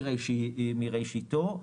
מראשיתו.